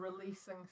releasing